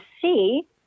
see